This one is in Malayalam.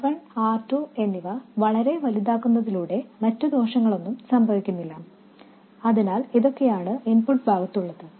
R 1 R 2 എന്നിവ വളരെ വലുതാക്കുന്നതിലൂടെ മറ്റ് ദോഷങ്ങളൊന്നും സംഭവിക്കുന്നില്ല അതിനാൽ ഇതൊക്കെയാണ് ഇൻപുട്ട് ഭാഗത്തുള്ളത്